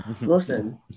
listen